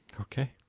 Okay